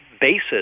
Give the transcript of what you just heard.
basis